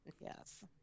Yes